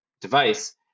device